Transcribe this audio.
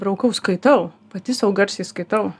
braukau skaitau pati sau garsiai skaitau